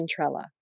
Ventrella